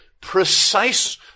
precise